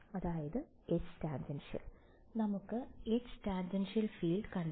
വിദ്യാർത്ഥി H tangential നമുക്ക് H tangential field കണ്ടെത്തി